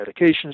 medications